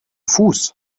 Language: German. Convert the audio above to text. fuß